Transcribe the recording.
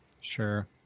sure